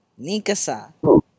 Nikasa